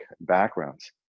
backgrounds